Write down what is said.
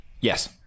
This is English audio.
Yes